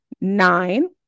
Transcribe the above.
Nine